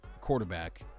quarterback